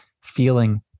feeling